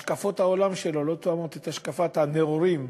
השקפות העולם שלו לא תואמות את השקפת הנאורים,